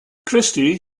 christy